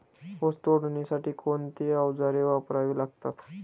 ऊस तोडणीसाठी कोणती अवजारे वापरावी लागतात?